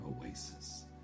oasis